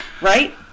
Right